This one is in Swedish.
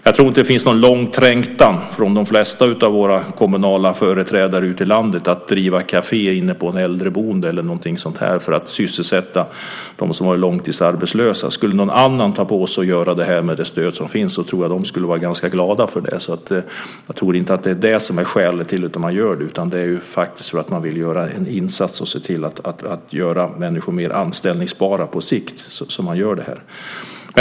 Det finns inte någon lång trängtan från de flesta av kommunala företrädare ute i landet att driva kafé inne på ett äldreboende eller någonting sådant för att sysselsätta dem som har varit långtidsarbetslösa. Skulle någon annan ta på sig att göra det med det stöd som finns tror jag att de skulle vara ganska glada för det. Jag tror inte att det är skälet till att man gör det. Man vill göra en insats och se till att göra människor mer anställningsbara på sikt.